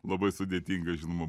labai sudėtinga žinoma